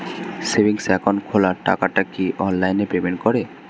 Savings account খোলা টাকাটা কি অনলাইনে পেমেন্ট করে?